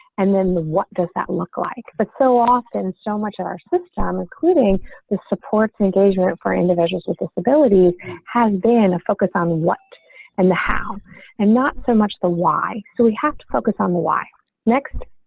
and then what does that look like, but so often so much of our system, including the supports engagement for individuals with disabilities has been a focus on what and the how and not so much the y. so we have to focus on the why next